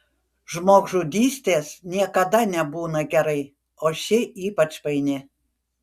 žmogžudystės niekada nebūna gerai o ši ypač paini